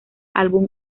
álbum